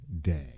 day